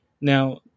Now